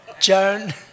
Joan